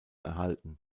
erhalten